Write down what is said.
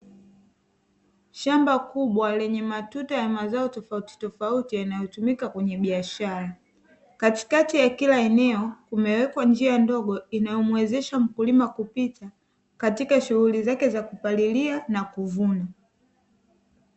Shamba kubwa lenye matuta ya mazao tofauti tofauti, yanayotumika kwenye biashara, katikati ya kila eneo kumewekwa njia ndogo, inayomuwezesha mkulima kupita, katika shughuli zake za kupalilia na kuvuna.